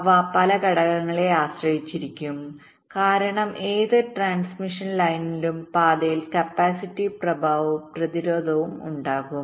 അവ പല ഘടകങ്ങളെ ആശ്രയിച്ചിരിക്കും കാരണം ഏത് ട്രാൻസ്മിഷൻ ലൈനിനും പാതയിൽ കപ്പാസിറ്റീവ് പ്രഭാവവുംപ്രതിരോധവും ഉണ്ടാകും